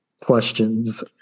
questions